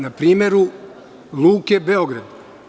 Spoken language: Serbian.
Na primeru „Luke Beograd“